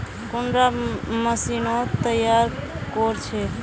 कुंडा मशीनोत तैयार कोर छै?